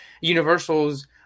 Universal's